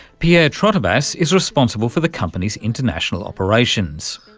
pierre trotobas is responsible for the company's international operations.